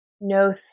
no